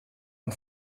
ein